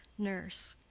nurse.